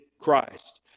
Christ